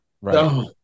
right